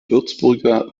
würzburger